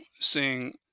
seeing